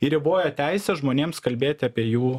ir riboja teisę žmonėms kalbėti apie jų